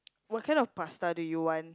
what kind of pasta do you want